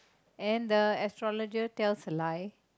and the astrologer tells a lie